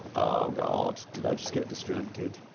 god, did i just get distracted?